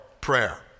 prayer